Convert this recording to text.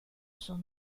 son